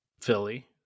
Philly